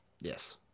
Yes